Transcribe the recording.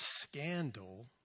scandal